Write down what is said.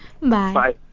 Bye